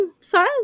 size